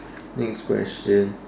next question